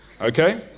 Okay